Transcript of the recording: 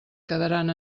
quedaran